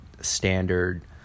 standard